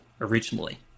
originally